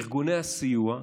ארגוני הסיוע,